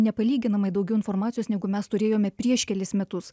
nepalyginamai daugiau informacijos negu mes turėjome prieš kelis metus